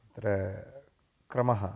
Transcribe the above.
अत्र क्रमः